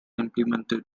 implemented